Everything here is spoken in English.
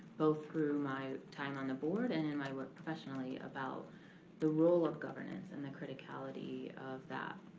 both through my time on the board and and my work professionally about the role of governance and the criticality of